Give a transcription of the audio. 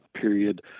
period